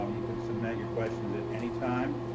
um you can submit your questions at any time.